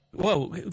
Whoa